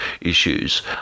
issues